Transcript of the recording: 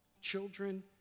children